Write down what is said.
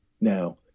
Now